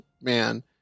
man